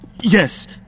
Yes